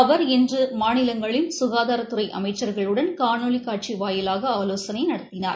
அவர் இன்று மாநிலங்களின் சுகாதாரத்துறை அமைச்சர்களுடன் காணொலி காட்சி வாயிலாக ஆலோசனை நடத்தினார்